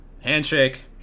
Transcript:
Handshake